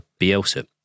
Bielsa